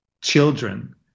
children